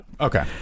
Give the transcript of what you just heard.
Okay